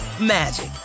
magic